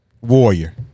Warrior